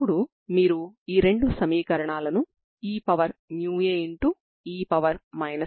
ఇప్పుడు మనం రెండవది ఎలా ఉంటుందో చూద్దాం